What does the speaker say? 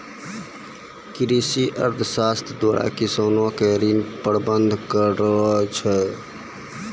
कृषि अर्थशास्त्र द्वारा किसानो के ऋण प्रबंध करै छै